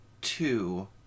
two